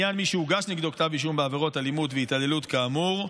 לעניין מי שהוגש נגדו כתב אישום בעבירות אלימות והתעללות כאמור,